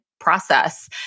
process